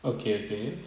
okay okay